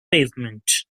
pavement